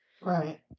Right